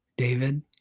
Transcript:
David